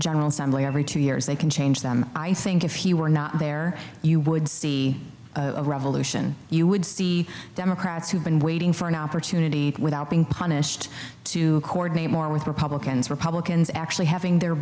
general assembly every two years they can change them i think if he were not there you would see a revolution you would see democrats who've been waiting for an opportunity without being punished to coordinate more with republicans republicans actually having their